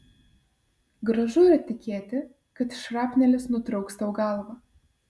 gražu yra tikėti kad šrapnelis nutrauks tau galvą